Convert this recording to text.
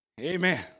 Amen